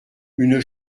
une